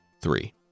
three